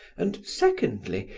and secondly,